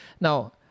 now